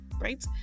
right